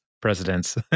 presidents